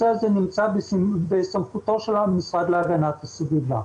הזה נמצא בסמכותו של המשרד להגנת הסביבה.